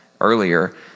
earlier